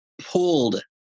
pulled